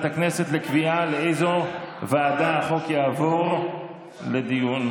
הכנסת לקביעה לאיזו ועדה החוק יעבור לדיון.